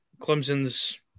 Clemson's